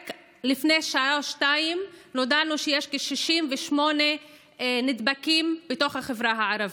רק לפני שעה או שעתיים נודע לנו שיש כ-68 נדבקים בחברה הערבית,